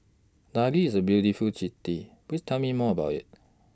Dili IS A beautiful City Please Tell Me More about IT